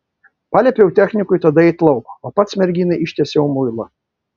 paliepiau technikui tada eiti lauk o pats merginai ištiesiau muilą